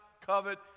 covet